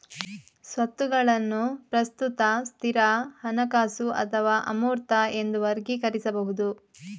ಸ್ವತ್ತುಗಳನ್ನು ಪ್ರಸ್ತುತ, ಸ್ಥಿರ, ಹಣಕಾಸು ಅಥವಾ ಅಮೂರ್ತ ಎಂದು ವರ್ಗೀಕರಿಸಬಹುದು